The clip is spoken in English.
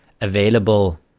available